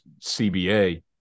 CBA